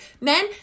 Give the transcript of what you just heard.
men